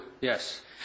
Yes